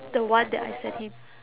the one that I sent him